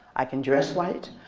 i can dress white.